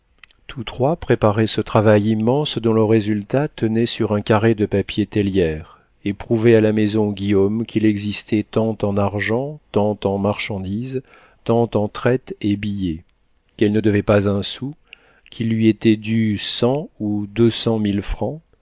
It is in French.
tous trois préparaient ce travail immense dont le résultat tenait sur un carré de papier tellière et prouvait à la maison guillaume qu'il existait tant en argent tant en marchandises tant en traites et billets qu'elle ne devait pas un sou qu'il lui était dû cent ou deux